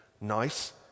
nice